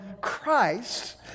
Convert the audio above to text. Christ